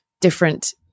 different